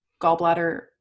gallbladder